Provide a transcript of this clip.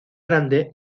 grande